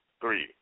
three